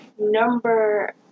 number